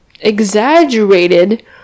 exaggerated